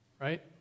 Right